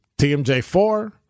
TMJ4